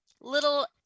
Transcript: little